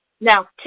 Now